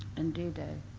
and d day,